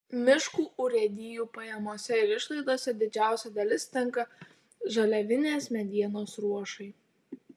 miškų urėdijų pajamose ir išlaidose didžiausia dalis tenka žaliavinės medienos ruošai